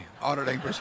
auditing